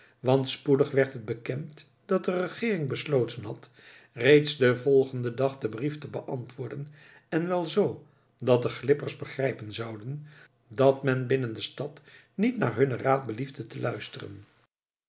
want spoedig werd het bekend dat de regeering besloten had reeds den volgenden dag den brief te beantwoorden en wel zoo dat de glippers begrijpen zouden dat men binnen de stad niet naar hunnen raad beliefde te luisteren